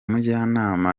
mujyanama